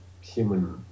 human